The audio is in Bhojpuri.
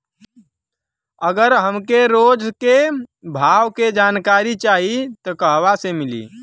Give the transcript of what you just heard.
अगर हमके रोज के भाव के जानकारी चाही त कहवा से मिली?